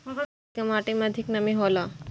कुन तरह के माटी में अधिक नमी हौला?